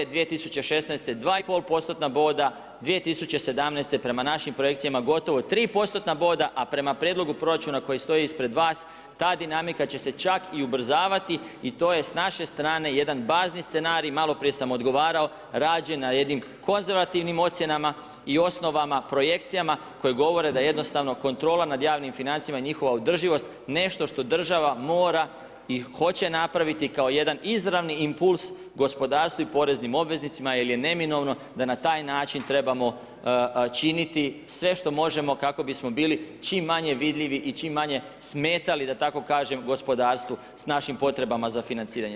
2016. 2,5% boda, 2017. prema našim projekcijama gotovo 3% boda, a prema prijedlogu proračuna koji stoji ispred vas, ta dinamika će se čak i ubrzavati i to je s naše strane jedan bazni scenarij, malo prije sam odgovarao, rađen na jednim konzervativnim ocjenama i osnovama, projekcijama, koji govore da jednostavno kontrola nad javnim financijama i njihova održivost, nešto što država mora i hoće napraviti, kao jedan izravni impuls gospodarstvu i poreznim obveznicima, jer je neminovno da na taj način trebamo činiti sve što možemo, kako bismo bili čim manje vidljivi i čim manje smetali, da tako kažem gospodarstvu s našim potrebama za financiranjem.